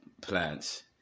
plants